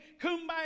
kumbaya